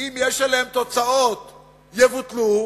אם יש עליהם תוצאות, יבוטלו.